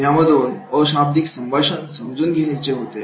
यामधून अशाब्दिक संभाषण समजून घ्यायचे होते